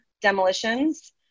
demolitions